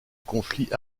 conflit